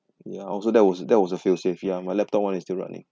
ya oh so that was that was a fail-safe ya my laptop [one] is still running